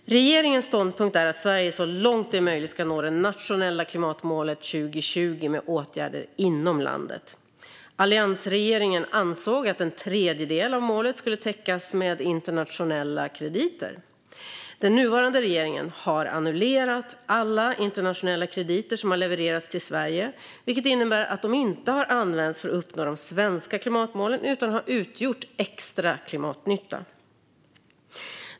Regeringens ståndpunkt är att Sverige så långt det är möjligt ska nå det nationella klimatmålet till 2020 med åtgärder inom landet. Alliansregeringen ansåg att en tredjedel av målet skulle täckas med internationella krediter. Den nuvarande regeringen har annullerat alla internationella krediter som har levererats till Sverige, vilket innebär att de inte har använts för att uppnå de svenska klimatmålen utan utgjort extra klimatnytta.